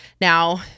Now